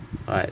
what